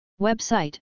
Website